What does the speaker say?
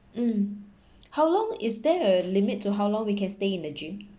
mm how long is there a limit to how long we can stay in the gym